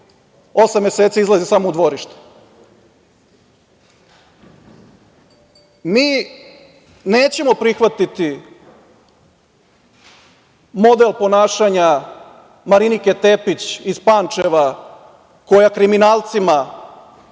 meseci izlazi samo u dvorište? Mi nećemo prihvatiti model ponašanja Marinike Tepić iz Pančeva koja kriminalcima